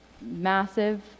massive